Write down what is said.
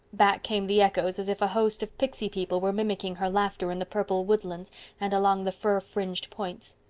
back came the echoes, as if a host of pixy people were mimicking her laughter in the purple woodlands and along the fir-fringed points.